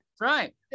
Right